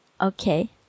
Okay